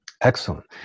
Excellent